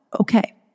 Okay